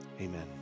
amen